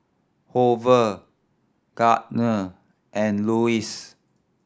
Hoover Gardner and Louis